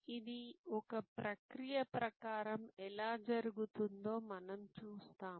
ఇది ఒక ప్రక్రియ ప్రకారం ఎలా జరుగుతుందో మనం చూస్తాము